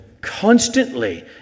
constantly